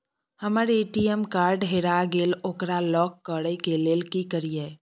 हमर ATM card हेरा गेल ओकरा लॉक करै के लेल की करियै?